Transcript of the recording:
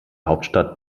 hauptstadt